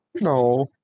no